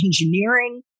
engineering